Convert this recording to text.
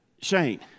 Shane